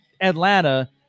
Atlanta